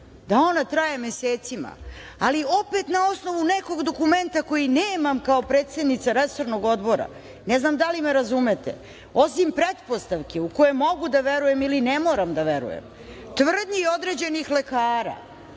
da ona traje mesecima, ali opet na osnovu nekog dokumenta koji nemam kao predsednica resornog odbora, ne znam da li me razumete, osim pretpostavke u koje mogu da verujem ili ne moram da verujem, tvrdnji određenih lekara,